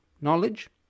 knowledge